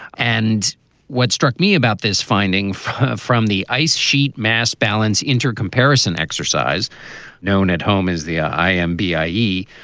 and what struck me about this finding from the ice sheet, mass balance inter comparison exercise known at home is the i am b i g.